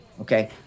Okay